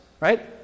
right